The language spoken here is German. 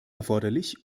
erforderlich